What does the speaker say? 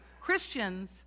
Christians